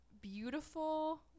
beautiful